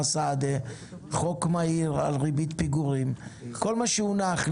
סעדי חוק על ריבית פיגורים כל מה שהונח,